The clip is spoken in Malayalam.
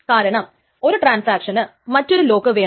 കാരണം ഒരു ട്രാൻസാക്ഷന് മറ്റൊരു ലോക്ക് വേണം